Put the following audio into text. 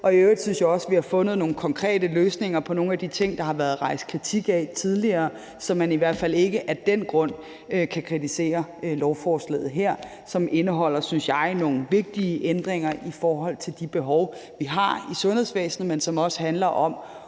I øvrigt synes jeg også, vi har fundet nogle konkrete løsninger på nogle af de ting, der har været rejst kritik af tidligere, så man i hvert fald ikke af den grund kan kritisere lovforslaget her, som indeholder, synes jeg, nogle vigtige ændringer i forhold til de behov, vi har i sundhedsvæsenet, men som også handler om